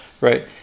right